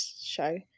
show